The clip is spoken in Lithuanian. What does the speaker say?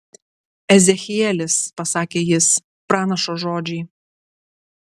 ezechielis pasakė jis pranašo žodžiai